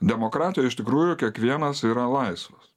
demokratijoj iš tikrųjų kiekvienas yra laisvas